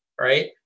right